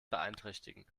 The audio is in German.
beeinträchtigen